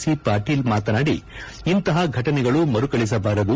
C Patil ಮಾತನಾಡಿ ಇಂತಹ ಘಟನೆಗಳು ಮರುಕಳಿಸಬಾರದು